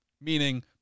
meaning